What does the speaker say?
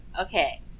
Okay